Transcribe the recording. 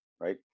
right